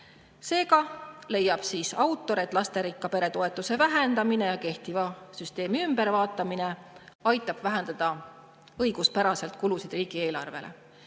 Seega leiab autor, et lasterikka pere toetuse vähendamine ja kehtiva süsteemi ümbervaatamine aitab igati õiguspäraselt riigieelarve